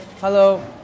Hello